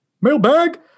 mailbag